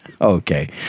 Okay